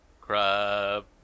Crab